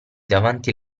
davanti